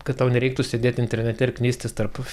kad tau nereiktų sėdėti internete ir knistis tarp